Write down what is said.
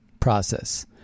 process